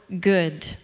good